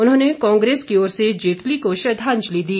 उन्होंने कांग्रेस की ओर से जेटली को श्रदांजलि दी